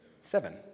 seven